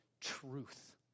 truth